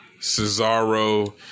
Cesaro